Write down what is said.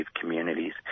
communities